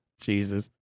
Jesus